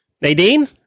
Nadine